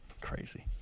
Crazy